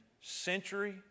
century